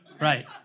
Right